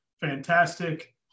fantastic